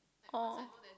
oh